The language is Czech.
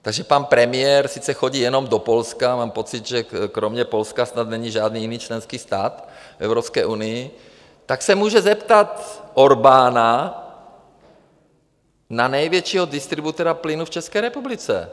Takže pan premiér sice chodí jenom do Polska, mám pocit, že kromě Polska snad není žádný jiný členský stát v Evropské unii, tak se může zeptat Orbána na největšího distributora plynu v České republice.